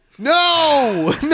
No